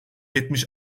yetmiş